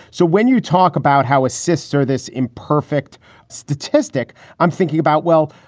so when you talk about how a sister this imperfect statistic i'm thinking about, well,